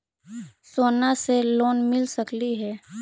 सोना से लोन मिल सकली हे?